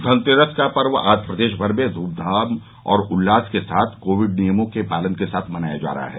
धनतेरस का पर्व आज प्रदेश भर में धूमधाम और उल्लास के साथ कोविड नियमों के पालन के साथ मनाया जा रहा है